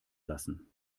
lassen